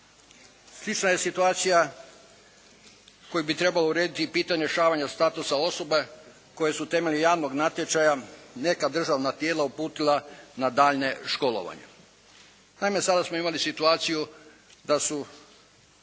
Slična je situacija koja bi trebala urediti i pitanje rješavanja statusa osobe koje su temeljem javnog natječaja neka državna tijela uputila na daljnje školovanje. Naime, sada smo imali situaciju da su